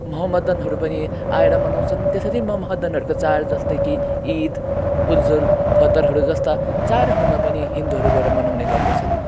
मोहम्मदनहरू पनि आएर मनाउँछन् त्यसरी मोहम्मदनहरूको चाड जस्तै कि ईद उल फितरहरू जस्ता चाडहरूमा पनि हिन्दूहरू गएर मनाउने गर्दछन्